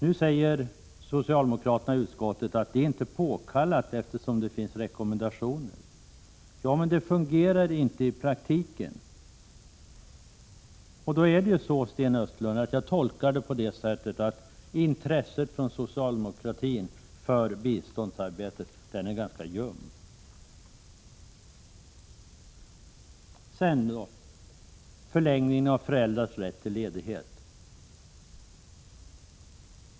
Nu säger socialdemokraterna i utskottet att det inte är påkallat med lagreglerad rätt till ledighet i det sammanhanget, eftersom det finns rekommendationer. Ja, men det fungerar inte i praktiken! Därför tolkar jag det så, Sten Östlund, att intresset från socialdemokratin för biståndsarbete är ganska ljumt. Så till förlängningen av föräldrars rätt till ledighet.